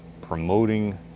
promoting